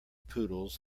poodles